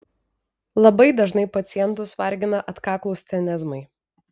labai dažnai pacientus vargina atkaklūs tenezmai